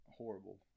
horrible